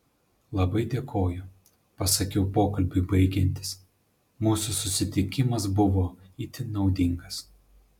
labai dėkoju pasakiau pokalbiui baigiantis mūsų susitikimas buvo itin naudingas